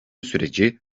süreci